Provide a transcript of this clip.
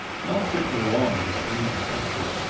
not to prolong this painful picture,